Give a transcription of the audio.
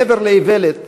מעבר לאיוולת,